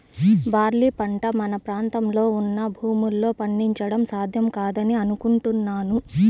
barley పంట మన ప్రాంతంలో ఉన్న భూముల్లో పండించడం సాధ్యం కాదని అనుకుంటున్నాను